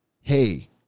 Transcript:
hey